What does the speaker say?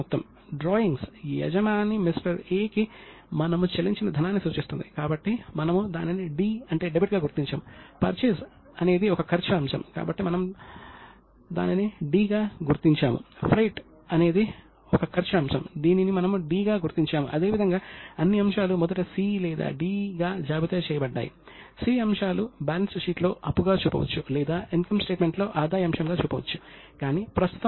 1445 లో ఇటలీకి చెందిన లూకా ప్యాచౌలి పాసియోలీ ఆధునిక అకౌంటింగ్ యొక్క తండ్రిగా పరిగణించబడ్డాడు ఎందుకంటే అతను అకౌంటింగ్ యొక్క మొదటి ఆధునిక పాఠ్యపుస్తకాన్ని ప్రచురించాడు అప్పుడు ప్రభుత్వాలు మరియు వ్యాపారులు చాలా కాలం నుండి లావాదేవీల వ్యవస్థను ఉపయోగిస్తున్నారు